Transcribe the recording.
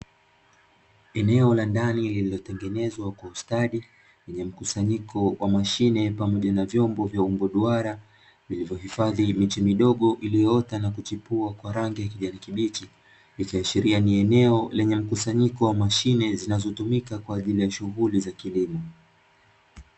Eneo la ndani lililo tengenezwa kwa ustadi lenye mkusanyiko wa mashine pamoja na vyombo vya umbo duara vilivyo hifadhi miche midogo iliyoota na kuchipua kwa rangi ya kijani kibichi, ikiashiria ni eneo lenye mkusanyiko wa mashine zinazotumika kwa ajili ya shughuli za kilimo.